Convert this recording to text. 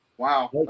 Wow